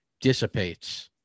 dissipates